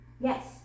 yes